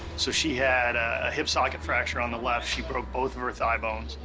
so she had a hip socket fracture on the left. she broke both of her thigh bones.